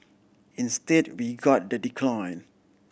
instead we got the decline